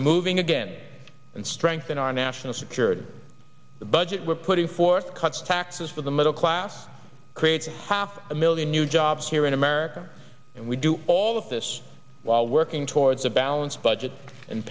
moving again and strengthen our national security the budget we're putting forth cuts taxes for the middle class create half a million new jobs here in america and we do all of this while working towards a balanced budget and